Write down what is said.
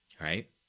right